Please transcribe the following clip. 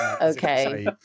Okay